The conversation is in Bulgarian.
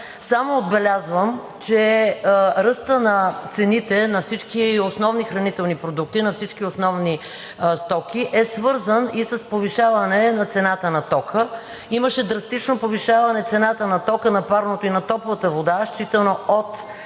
Само отбелязвам, че ръстът на цените на всички основни хранителни продукти, на всички основни стоки е свързан и с повишаване на цената на тока. Имаше драстично повишаване цената на тока, на парното и на топлата вода, считано от